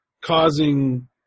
causing